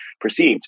perceived